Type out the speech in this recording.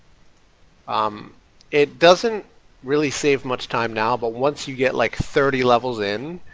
um it doesn't really save much time now but once you get like thirty levels in,